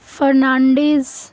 Fernandes